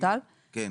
כן?